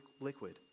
liquid